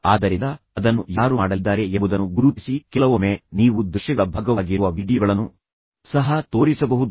ಆದ್ದರಿಂದ ಅದನ್ನು ಯಾರು ಮಾಡಲಿದ್ದಾರೆ ಎಂಬುದನ್ನು ಗುರುತಿಸಿ ಕೆಲವೊಮ್ಮೆ ನೀವು ದೃಶ್ಯಗಳ ಭಾಗವಾಗಿರುವ ವೀಡಿಯೊಗಳನ್ನು ಸಹ ತೋರಿಸಬಹುದು